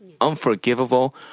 unforgivable